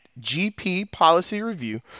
gppolicyreview